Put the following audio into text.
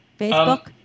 Facebook